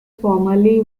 formerly